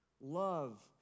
love